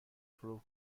پرو